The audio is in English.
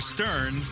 Stern